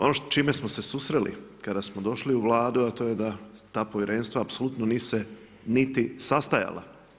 Ono s čime smo se susreli kada smo došli u Vladu, a to je da ta povjerenstva, apsolutno nisu se niti sastajala.